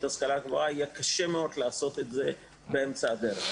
להשכלה הגבוהה יהיה קשה מאוד לעשות את זה באמצע הדרך.